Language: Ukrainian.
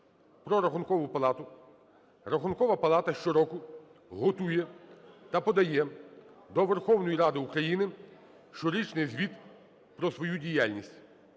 Рахункова палата щороку готує та подає до Верховної Ради України щорічний звіт про свою діяльність.